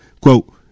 Quote